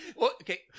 Okay